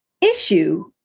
issue